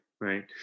right